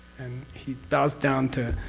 and he bows down to.